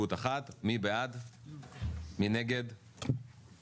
אם אחד הצדדים מרוצה מההסכם,